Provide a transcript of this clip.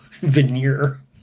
veneer